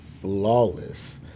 flawless